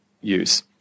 use